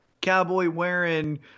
cowboy-wearing